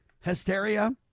hysteria